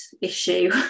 issue